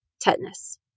tetanus